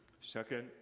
Second